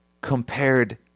compared